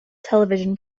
television